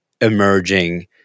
emerging